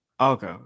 Okay